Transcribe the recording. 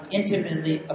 intimately